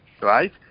right